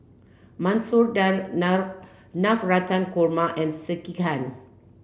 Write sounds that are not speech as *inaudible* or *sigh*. Masoor Dal *unintelligible* Navratan Korma and Sekihan